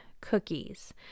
cookies